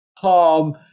tom